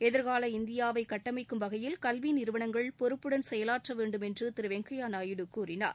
எதிர்கால இந்தியாவை கட்டமைக்கும் வகையில் கல்வி நிறுவனங்கள் பொறுப்புடன் செயவாற்ற வேண்டும் என்று திரு வெங்கையா நாயுடு கூறினார்